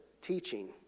teaching